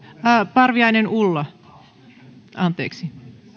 parviainen ulla anteeksi